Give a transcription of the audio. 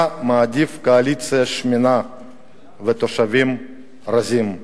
אתה מעדיף קואליציה שמנה ותושבים רזים.